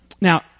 Now